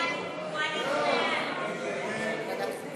ההצעה להעביר את הצעת חוק-יסוד: